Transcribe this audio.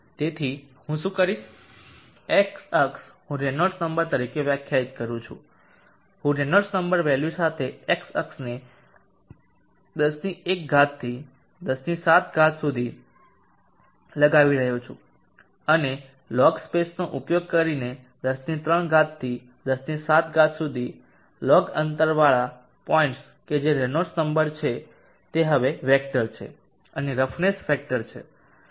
તેથી હું શું કરીશ એક્સ અક્ષ હું રેનોલ્ડ્સ નંબર તરીકે વ્યાખ્યાયિત કરું છું હું રેનોલ્ડ્સ નંબર વેલ્યુ સાથે એક્સ અક્ષને 101 થી 107 સુધી લગાવી રહ્યો છું અને લોગ સ્પેસનો ઉપયોગ કરીને 103 થી 107 સુધી લોગ અંતરવાળા પોઇન્ટ્સ કે જે રેનોલ્ડ્સ છે નંબર તે હવે વેક્ટર છે અને રફનેસ ફેક્ટરછે